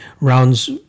rounds